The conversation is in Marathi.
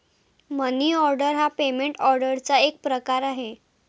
मनी ऑर्डर हा पेमेंट ऑर्डरचा एक प्रकार आहे